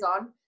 on